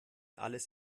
alles